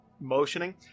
motioning